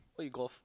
where you golf